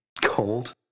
Cold